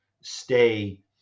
stay